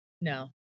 No